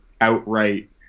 outright